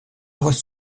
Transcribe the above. was